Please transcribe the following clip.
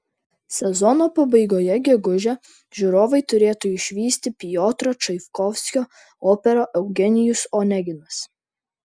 sezono pabaigoje gegužę žiūrovai turėtų išvysti piotro čaikovskio operą eugenijus oneginas